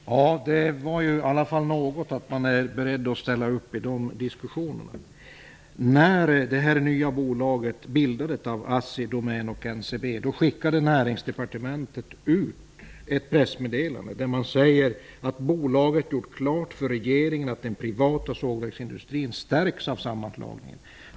Fru talman! Det är i alla fall något att man är beredd att ställa upp i de diskussionerna. Näringsdepartementet ut ett pressmeddelande. Av pressmeddelandet framgår att bolaget har gjort klart för regeringen att den privata sågverksindustrin stärks av sammanslagningen.